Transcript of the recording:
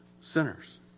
sinners